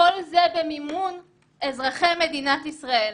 כל זה במימון אזרחי מדינת ישראל.